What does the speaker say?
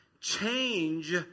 change